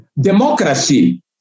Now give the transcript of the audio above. democracy